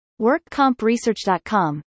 WorkCompResearch.com